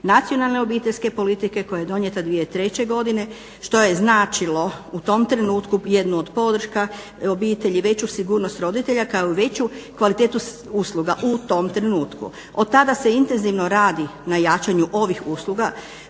nacionalne obiteljske politike koja je donijeta 2003. godine što je značilo u tom trenutku jednu od podrška obitelji, veću sigurnost roditelja, kao i veću kvalitetu usluga u tom trenutku. Od tada se intenzivno radi na jačanju ovih usluga.